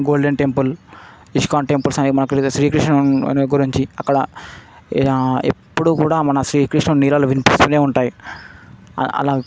golden Temple ISKCON టెంపులవి అక్కడ మా శ్రీకృష్టుని గురించి అక్కడ ఇక ఎప్పుడు కూడా మన శ్రీకృష్ణుడి లీలలు వినిపిస్తూనే ఉంటాయి అలా